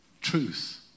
Truth